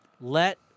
Let